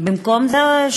על התנחלויות?